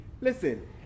listen